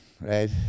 right